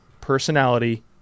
personality